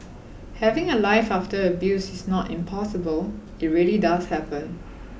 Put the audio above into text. having a life after abuse is not impossible it really does happen